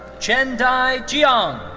chen dah chiang.